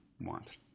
want